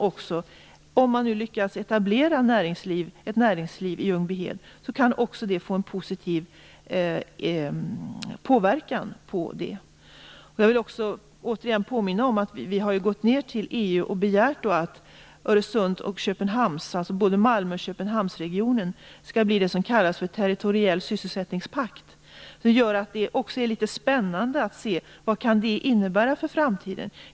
Om man nu lyckas etablera ett näringsliv i Ljungbyhed kan Öresundsregionen, sett ur det perspektivet, få en positiv inverkan på detta. Jag vill också återigen påminna om att vi har gått till EU och begärt att Malmö och Öresundsregionen tillsammans med Köpenhamn skall bli vad som kallas en territoriell sysselsättningspakt. Det är därför litet spännande att se vad det kan innebära för framtiden.